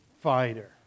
fighter